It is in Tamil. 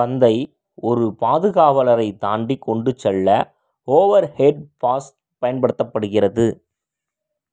பந்தை ஒரு பாதுகாவலரைத் தாண்டி கொண்டு செல்ல ஓவர் ஹெட் பாஸ் பயன்படுத்தப்படுகிறது